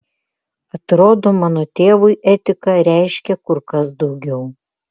atrodo mano tėvui etika reiškė kur kas daugiau